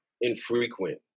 infrequent